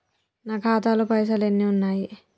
నా ఖాతాలో పైసలు ఎన్ని ఉన్నాయి?